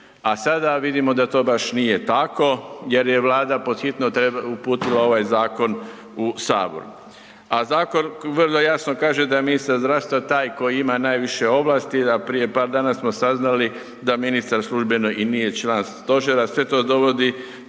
a sada vidimo da to baš nije tako jer je Vlada pod hitno uputila ovaj zakon u Sabor. A zakon vrlo jasno kaže da je ministar zdravstva taj koji ima najviše ovlasti, a prije par dana smo saznali da ministar službeno i nije član Stožera, sve to dovodi